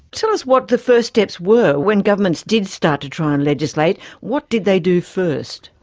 tell us what the first steps were when governments did start to try and legislate. what did they do first?